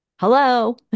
hello